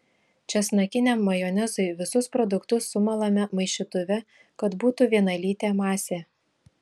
česnakiniam majonezui visus produktus sumalame maišytuve kad būtų vienalytė masė